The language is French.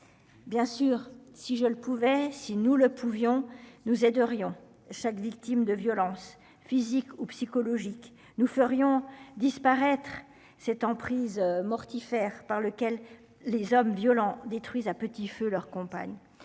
Bien sûr si je le pouvais si nous le pouvions nous de Riom chaque victime de violences physiques ou psychologiques. Nous ferions disparaître cette emprise mortifère par lequel les hommes violents détruisent à petit feu leur compagne